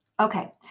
Okay